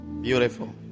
Beautiful